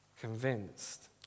convinced